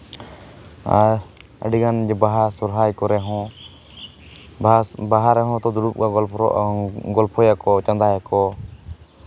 ᱟᱨ ᱟᱹᱰᱤᱜᱟᱱᱜᱮ ᱵᱟᱦᱟ ᱥᱚᱦᱨᱟᱭ ᱠᱚᱨᱮ ᱦᱚᱸ ᱵᱟᱦᱟ ᱵᱟᱦᱟ ᱨᱮᱦᱚᱸ ᱠᱚ ᱫᱩᱲᱩᱵᱟ ᱜᱚᱞᱯᱷᱚ ᱜᱚᱞᱯᱷᱚᱭᱟᱠᱚ ᱪᱟᱸᱫᱟᱭᱟᱠᱚ